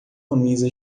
camisa